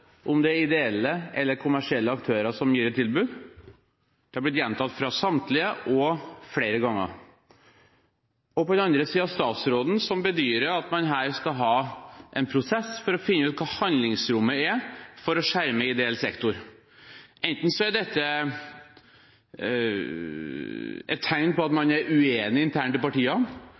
om det er ideelle eller kommersielle aktører som gir et tilbud – det er blitt gjentatt av samtlige, flere ganger – og på den andre siden statsråden, som bedyrer at man skal ha en prosess for å finne ut hva handlingsrommet er for å skjerme ideell sektor. Enten er dette et tegn på at man er uenig